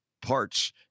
Parts